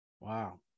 Wow